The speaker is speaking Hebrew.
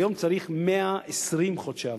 היום צריך 130 חודשי עבודה,